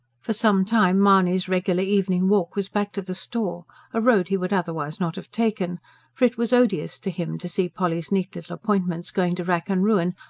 for some time mahony's regular evening walk was back to the store a road he would otherwise not have taken for it was odious to him to see polly's neat little appointments going to rack and ruin,